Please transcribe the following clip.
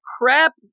crap